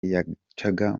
yacaga